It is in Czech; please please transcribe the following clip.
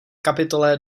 kapitole